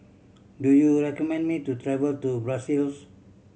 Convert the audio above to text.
do you recommend me to travel to Brussels